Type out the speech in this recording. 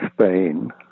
Spain